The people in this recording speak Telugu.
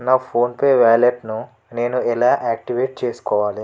నా ఫోన్పే వ్యాలెట్ను నేను ఎలా యాక్టివేట్ చేసుకోవాలి